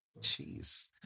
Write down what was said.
jeez